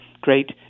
great